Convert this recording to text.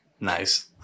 nice